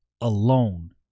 alone